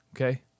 Okay